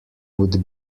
would